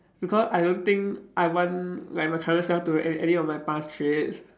because I don't think I want like my current self to in~ inherit my past traits